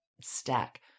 stack